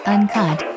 Uncut